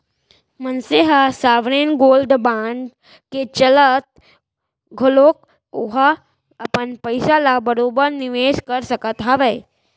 मनसे ह sovereign gold bond के चलत घलोक ओहा अपन पइसा ल बरोबर निवेस कर सकत हावय